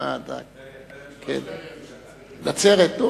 זה לא טבריה, זה נצרת.